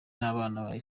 n’abana